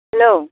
hello